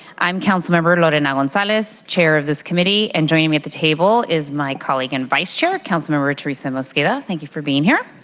i'm council member lorena gonzalez, chair of this committee. and joining me at the table is my colleague and vice chair council member teresa mosqueda. thank you for being here.